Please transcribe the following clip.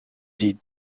des